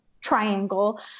triangle